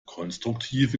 konstruktive